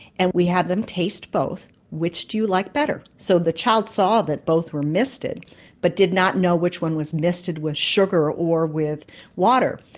and we had them taste both which do you like better? so the child saw that both were misted but did not know which one was misted with sugar or with water.